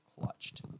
clutched